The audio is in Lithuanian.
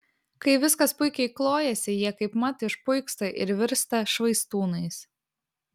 kai viskas puikiai klojasi jie kaipmat išpuiksta ir virsta švaistūnais